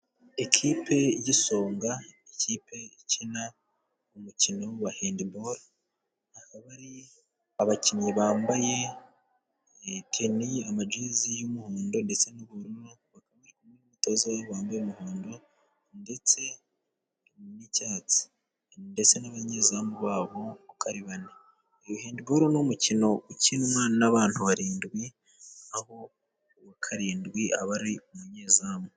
Ikipe y'igisonga, ikipe ikina umukino wa hendiboro bakaba ari abakinnyi bambaye amajezi y'umuhondo ndetse n'ubururu, n'umutoza wabambaye umuhondo ndetse n'icyatsi, ndetse n'abanyezamu babo uko ari bane. Hendiboro ni umukino ukinwa n'abantu barindwi, aho uwa karindwi aba ari umunyezamu.